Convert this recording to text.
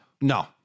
no